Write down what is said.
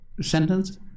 sentence